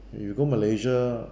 if you go malaysia